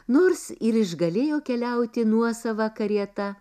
nors ir išgalėjo keliauti nuosava karieta